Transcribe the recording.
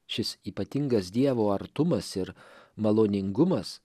šis ypatingas dievo artumas ir maloningumas